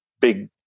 big